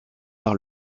par